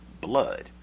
blood